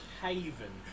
haven